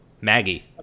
Maggie